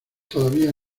todavía